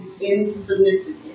insignificant